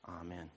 Amen